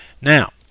Now